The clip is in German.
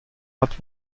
hat